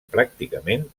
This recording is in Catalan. pràcticament